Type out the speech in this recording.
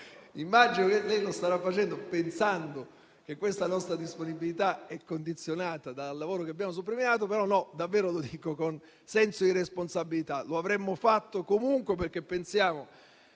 Immagino che lei lo starà facendo pensando che questa nostra disponibilità sia condizionata dal lavoro che abbiamo sottolineato. In realtà lo dico davvero con senso di responsabilità. Lo avremmo fatto comunque affinché, di